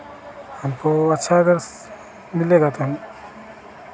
हमको अच्छा अगर मिलेगा तो हम